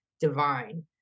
Divine